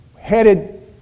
Headed